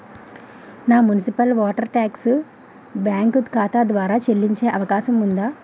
నా municipal water tax bank ఖాతా ద్వారా చెల్లించే అవకాశం ఉందా?